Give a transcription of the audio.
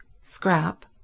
Scrap